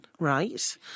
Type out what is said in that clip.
Right